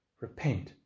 Repent